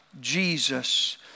Jesus